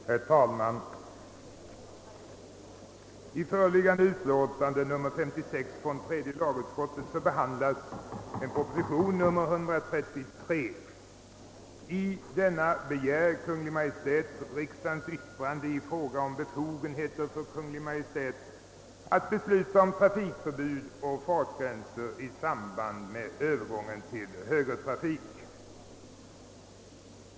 Herr talman! I tredje lagutskottets utlåtande nr 56 behandlas proposition nr 133. I den begär Kungl. Maj:t riksdagens yttrande i fråga om befogenheter för Kungl. Maj:t att besluta om trafikförbud och fartbegränsning i samband med övergången till högertrafik.